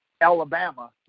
Alabama